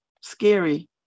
scary